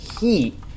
heat